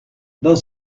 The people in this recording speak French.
dans